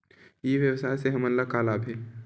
ई व्यवसाय से हमन ला का लाभ हे?